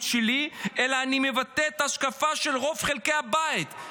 שלי אלא אני מבטא את ההשקפה של רוב חלקי הבית,